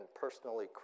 personally